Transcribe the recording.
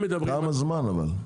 אבל לכמה זמן?